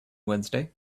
wednesday